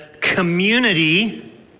community